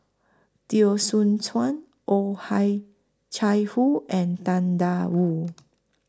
Teo Soon Chuan Oh Hi Chai Hoo and Tang DA Wu